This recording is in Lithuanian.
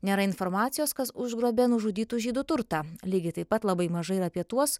nėra informacijos kas užgrobė nužudytų žydų turtą lygiai taip pat labai mažai ir apie tuos